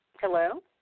hello